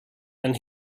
and